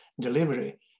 delivery